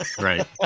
right